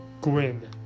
Gwen